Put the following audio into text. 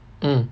mm